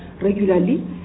regularly